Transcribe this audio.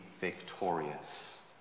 victorious